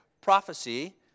prophecy